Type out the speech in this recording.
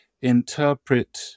interpret